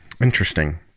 Interesting